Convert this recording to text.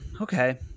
Okay